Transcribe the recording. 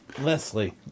leslie